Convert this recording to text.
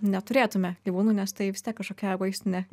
neturėtume gyvūnų nes tai vis tiek kažkokia egoistinė